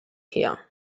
here